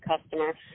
customer